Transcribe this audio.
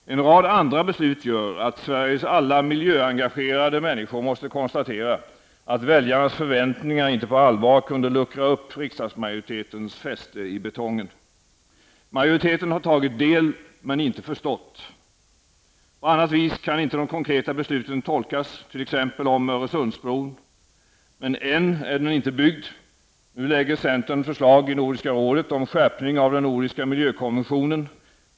En rad andra beslut gör att Sveriges alla miljöengagerade människor måste konstatera att väljarnas förväntningar inte på allvar kunde luckra upp riksdagsmajoritetens fäste i betongen. Majoriteten har tagit del, men inte förstått. På annat vis kan inte de konkreta besluten tolkas, t.ex. om Öresundsbron. Men än är den inte byggd. Nu lägger centern fram förslag i Nordiska rådet om skärpning av den nordiska miljökonventionen.